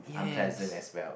unpleasant as well